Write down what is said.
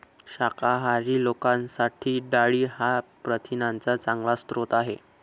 शाकाहारी लोकांसाठी डाळी हा प्रथिनांचा चांगला स्रोत आहे